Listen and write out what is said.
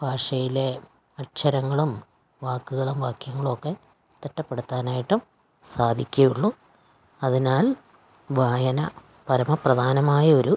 ഭാഷയിലെ അക്ഷരങ്ങളും വാക്കുകളും വാക്യങ്ങളും ഒക്കെ തിട്ടപ്പെടുത്താനായിട്ടും സാധിക്കുകയുള്ളൂ അതിനാൽ വായന പരമപ്രധാനമായൊരു